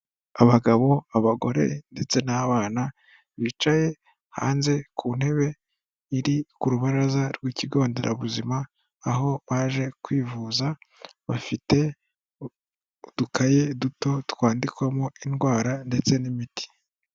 Abagabo, abagore ndetse n'abana bicaye hanze ku ntebe iri ku rubaraza rw'ikigo nderabuzima aho baje kwivuza bafite udukaye duto twandikwamo indwara ndetse n'imiti.